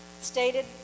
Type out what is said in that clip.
stated